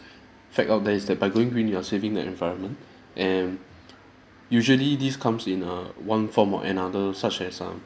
fact out there is that by going green you are saving the environment and usually this comes in err one form or another such as um